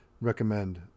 Recommend